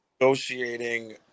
negotiating